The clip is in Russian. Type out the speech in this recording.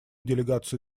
делегацию